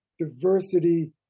diversity